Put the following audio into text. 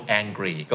angry